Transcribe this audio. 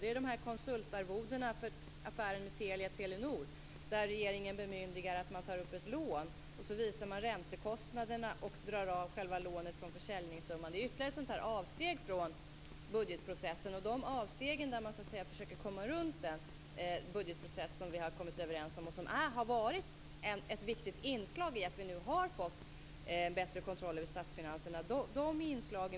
Det gäller konsultarvodena för affären mellan Telia och Telenord, där regeringen bemyndigar ett lån och så visar man räntekostnaderna och drar av själva lånet från försäljningssumman. Det är ytterligare ett avsteg från budgetprocessen. Vi vill kritisera avsteg där man försöker komma runt den budgetprocess som vi har kommit överens om och som har varit ett viktigt inslag i att vi nu har fått bättre kontroll över statsfinanserna.